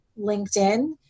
LinkedIn